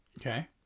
Okay